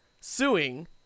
suing